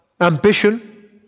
ambition